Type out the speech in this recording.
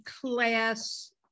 class